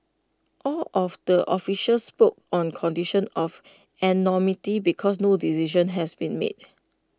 all of the officials spoke on condition of anonymity because no decision has been made